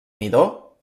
midó